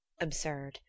Absurd